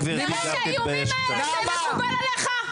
האיומים האלה זה מקובל עליך?